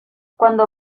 cuando